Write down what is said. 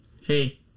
hey